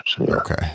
Okay